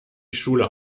schule